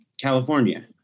California